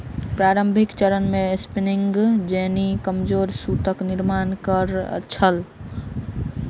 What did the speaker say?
प्रारंभिक चरण मे स्पिनिंग जेनी कमजोर सूतक निर्माण करै छल